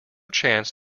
chance